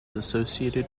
associated